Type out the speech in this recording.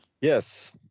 Yes